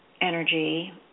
energy